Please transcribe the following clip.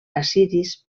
assiris